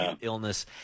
illness